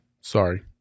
sorry